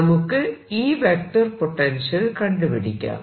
നമുക്ക് ഈ vector potential കണ്ടു പിടിക്കാം